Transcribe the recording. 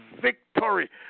victory